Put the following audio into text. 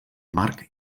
marc